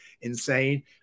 insane